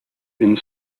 been